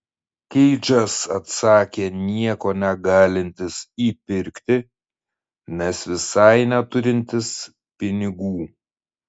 keidžas atsakė nieko negalintis įpirkti nes visai neturintis pinigų